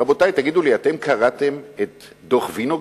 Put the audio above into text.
רבותי, תגידו לי, אתם קראתם את דוח-וינוגרד,